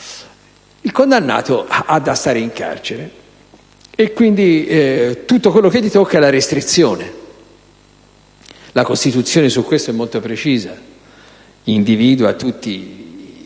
ci entra - deve stare in carcere, quindi tutto quello che gli tocca è la restrizione. La Costituzione in materia è molto precisa: individua tutti gli